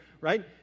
right